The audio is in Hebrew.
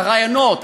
הראיונות,